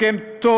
הסכם טוב,